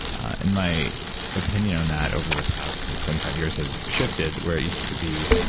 and my opinion on that over the past and twenty five years has shifted, where it used to be.